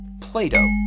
Plato